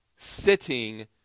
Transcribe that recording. sitting